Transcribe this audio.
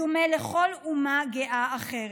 בדומה לכל אומה גאה אחרת.